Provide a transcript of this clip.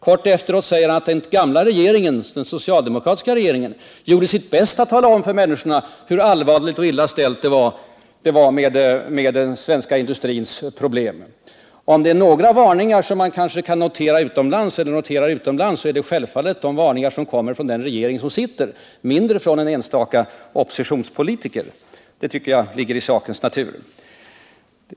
Kort efteråt sade han att den socialdemokratiska regeringen gjorde sitt bästa för att tala om för människorna hur illa ställt det var med den svenska industrin. Om det är några varningar som noteras utomlands är det självfallet främst sådana som kommer från den sittande regeringen och i mindre grad sådana som kommer från enstaka oppositionspolitiker. Det tycker jag ligger i sakens natur.